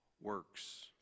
works